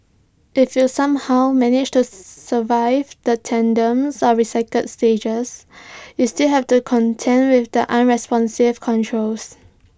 if you somehow manage to survive the tedium of recycled stages you still have to contend with the unresponsive controls